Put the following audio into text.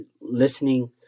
listening